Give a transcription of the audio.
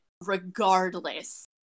regardless